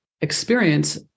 experience